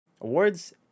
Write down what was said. awards